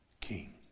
king